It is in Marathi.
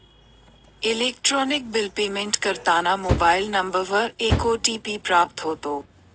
इलेक्ट्रॉनिक बिल पेमेंट करताना मोबाईल नंबरवर एक ओ.टी.पी प्राप्त होतो